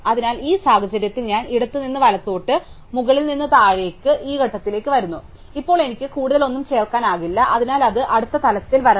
അതിനാൽ ഈ സാഹചര്യത്തിൽ ഞാൻ ഇടത്തുനിന്ന് വലത്തോട്ട് മുകളിൽ നിന്ന് താഴേക്ക് ഞാൻ ഈ ഘട്ടത്തിലേക്ക് വരുന്നു ഇപ്പോൾ എനിക്ക് കൂടുതൽ ഒന്നും ചേർക്കാനാകില്ല അതിനാൽ അത് അടുത്ത തലത്തിൽ വരണം